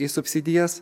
į subsidijas